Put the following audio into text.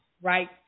Right